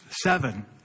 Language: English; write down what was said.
seven